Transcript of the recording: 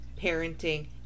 parenting